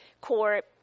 court